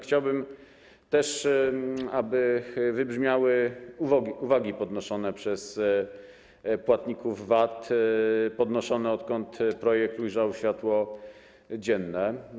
Chciałbym jednak, aby wybrzmiały też uwagi podnoszone przez płatników VAT, podnoszone, odkąd projekt ujrzał światło dzienne.